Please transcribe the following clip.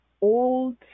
old